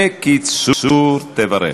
בקיצור, תברך.